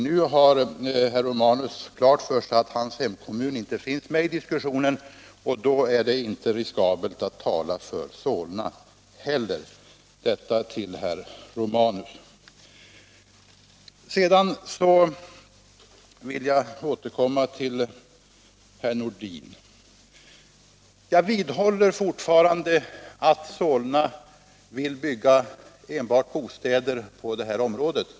Nu har herr Romanus klart för sig att hans kommun inte finns med i diskussionen, och då är det inte riskabelt att tala för Solna heller. Jag vidhåller fortfarande, herr Nordin, att Solna vill bygga enbart bostäder på detta område.